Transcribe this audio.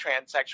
transsexual